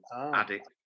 addict